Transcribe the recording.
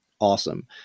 Awesome